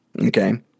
okay